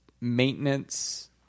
maintenance